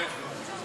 התשע"ו